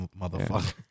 motherfucker